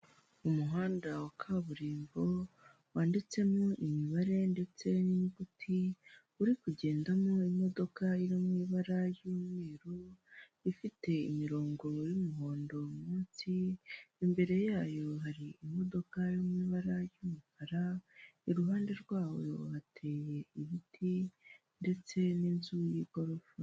Abadamu babiri umwe witandiye, undi wambaye umupira w'amaboko maremare w'umukara barasinya ndetse bakuzuza ku bipapuro bibateretse imbere ku meza iriho amazi ndetse n'ibindi bipapuro byabugenewe.